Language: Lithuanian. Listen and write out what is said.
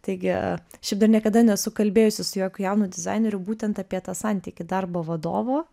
taigi šiaip dar niekada nesu kalbėjusi su jokiu jaunu dizaineriu būtent apie tą santykį darbo vadovo